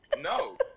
no